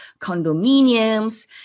condominiums